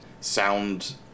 sound